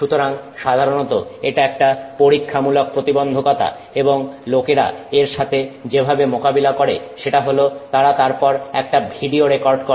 সুতরাং সাধারনত এটা একটা পরীক্ষা মূলক প্রতিবন্ধকতা এবং লোকেরা এর সাথে যেভাবে মোকাবিলা করে সেটা হলো তারা তারপর একটা ভিডিও রেকর্ড করে